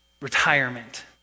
retirement